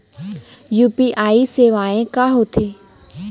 UPI सेवाएं का होथे